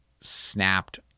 snapped